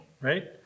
right